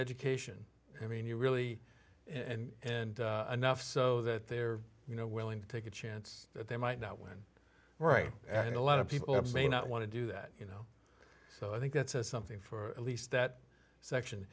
education i mean you really and and enough so that they're you know willing to take a chance that they might not win right and a lot of people have may not want to do that you know so i think that says something for at least that section